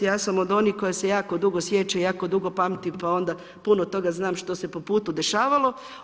Ja sam od onih koji se jako dugo sjećaju i jako dugo pamti, pa onda puno toga znam što se po putu dešavalo.